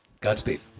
Godspeed